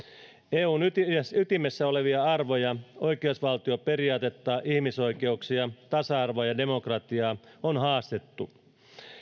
eun ytimessä olevia arvoja oikeusvaltioperiaatetta ihmisoikeuksia tasa arvoa ja demokratiaa on haastettu